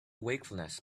wakefulness